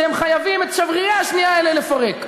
שהם חייבים את שברירי השנייה האלה לפרק.